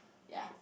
ya